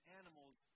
animals